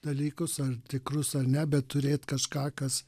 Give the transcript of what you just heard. dalykus ar tikrus ar ne bet turėt kažką kas